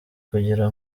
kugira